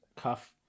cuff